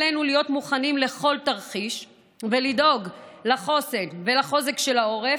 עלינו להיות מוכנים לכל תרחיש ולדאוג לחוסן ולחוזק של העורף,